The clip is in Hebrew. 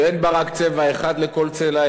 שאין בה רק צבע אחד לכל צלע,